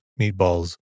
meatballs